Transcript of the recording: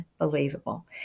unbelievable